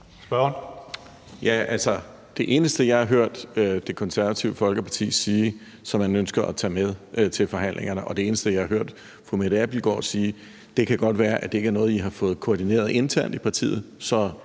Det eneste, jeg har hørt Det Konservative Folkeparti sige, som man ønsker at tage med til forhandlingerne, altså som jeg har hørt fru Mette Abildgaard sige – det kan godt være, at det ikke er noget, I har fået koordineret internt i partiet, så